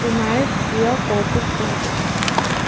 তোমাৰ প্ৰিয় কৌতুক কোনটো